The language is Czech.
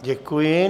Děkuji.